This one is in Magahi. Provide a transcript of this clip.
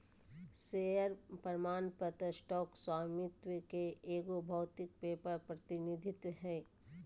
शेयर प्रमाण पत्र स्टॉक स्वामित्व के एगो भौतिक पेपर प्रतिनिधित्व हइ